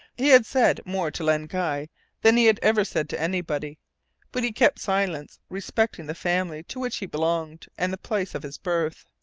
he had said more to len guy than he had ever said to anybody but he kept silence respecting the family to which he belonged, and the place of his birth.